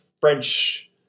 French